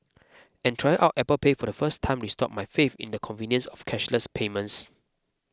and trying out Apple Pay for the first time restored my faith in the convenience of cashless payments